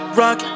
rock